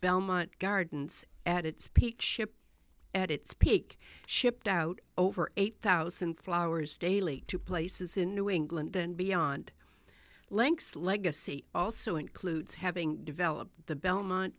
belmont gardens at its peak ship at its peak shipped out over eight thousand flowers daily to places in new england and beyond links legacy also includes having developed the belmont